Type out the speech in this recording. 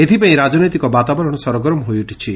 ଏଥପାଇଁ ରାକନୈତିକ ବାତାବରଣ ସରଗରମ ହୋଇଉଠିଛି